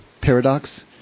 paradox